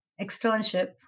externship